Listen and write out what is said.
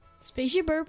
Spaceship